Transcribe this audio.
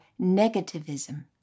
negativism